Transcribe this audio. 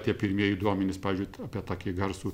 tie pirmieji duomenys pavyzdžiui apie tokį garsų